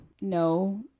No